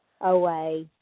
OA